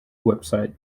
website